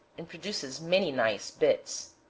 and produces many nice bits.